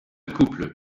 couple